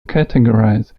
categorize